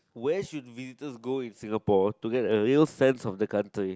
where should visitors go in Singapore to get a real sense of the country